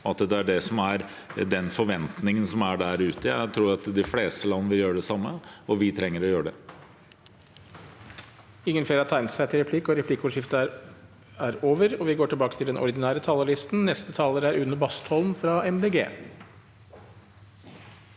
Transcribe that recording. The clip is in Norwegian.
er det som er forventningen der ute. Jeg tror at de fleste land vil gjøre det samme, og vi trenger å gjøre det.